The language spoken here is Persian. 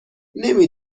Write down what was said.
نمی